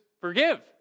forgive